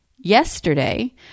Yesterday